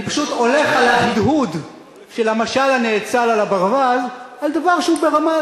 אני פשוט הולך על ההדהוד של המשל הנאצל על הברווז על דבר שהוא ברמה,